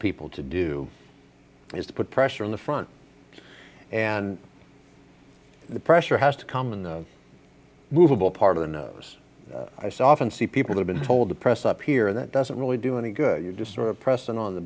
people to do is to put pressure on the front and the pressure has to come in the movable part of the ice often see people have been told to press up here and it doesn't really do any good you just sort of press and on the